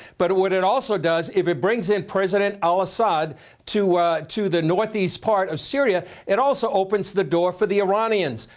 but what it also does, if it brings in president al-assad to to the northeast part of syria, it also opens the door for the iranians.